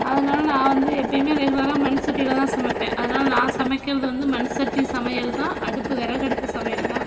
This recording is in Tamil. அதனால நான் வந்து எப்பயுமே ரெகுலராக மண் சட்டியில் தான் சமைப்பேன் அதனால நான் சமைக்கிறது வந்து மண் சட்டி சமையல்தான் அடுப்பு விறகு அடுப்பு சமையல்தான்